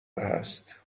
هست